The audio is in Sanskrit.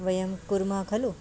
वयं कुर्मः खलु